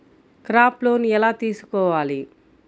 Crop loan ఎలా తీసుకోవాలి?